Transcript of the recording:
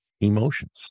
emotions